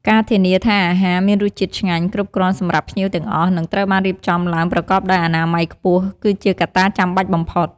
ការធានាថាអាហារមានរសជាតិឆ្ងាញ់ គ្រប់គ្រាន់សម្រាប់ភ្ញៀវទាំងអស់ និងត្រូវបានរៀបចំឡើងប្រកបដោយអនាម័យខ្ពស់ គឺជាកត្តាចាំបាច់បំផុត។